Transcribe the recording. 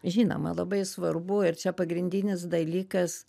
žinoma labai svarbu ir čia pagrindinis dalykas